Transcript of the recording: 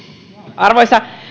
arvoisa